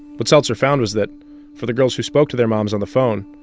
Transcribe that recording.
but seltzer found was that for the girls who spoke to their moms on the phone,